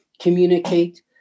communicate